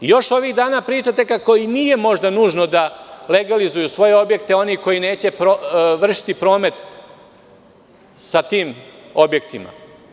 Ovih dana pričate kako i nije možda nužno da legalizuju svoje objekte oni koji neće vršiti promet sa tim objektima.